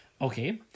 Okay